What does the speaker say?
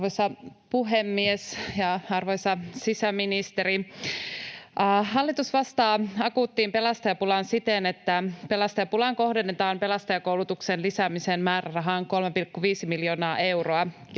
Arvoisa puhemies ja arvoisa sisäministeri! Hallitus vastaa akuuttiin pelastajapulaan siten, että pelastajapulaan kohdennetaan pelastajakoulutuksen lisäämisen määrärahaan 3,5 miljoonaa euroa,